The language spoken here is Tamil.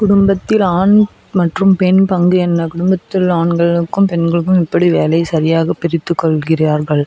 குடும்பத்தில் ஆண் மற்றும் பெண் பங்கு என்ன குடும்பத்தில் உள்ள ஆண்களுக்கும் பெண்களுக்கும் எப்படி வேலை சரியாக பிரித்துக் கொள்கிறார்கள்